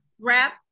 wrap